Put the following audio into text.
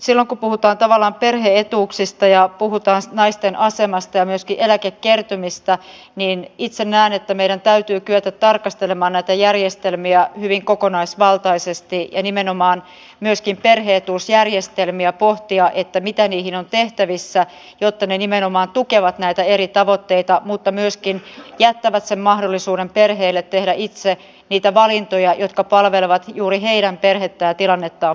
silloin kun puhutaan tavallaan perhe etuuksista ja puhutaan naisten asemasta ja myöskin eläkekertymistä niin itse näen että meidän täytyy kyetä tarkastelemaan näitä järjestelmiä hyvin kokonaisvaltaisesti ja nimenomaan myöskin perhe etuusjärjestelmiä pohtia että mitä niihin on tehtävissä jotta ne nimenomaan tukevat näitä eri tavoitteita mutta myöskin jättävät sen mahdollisuuden perheelle tehdä itse niitä valintoja jotka palvelevat juuri heidän perhettään ja tilannettaan parhaiten